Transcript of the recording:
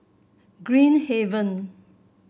Green Haven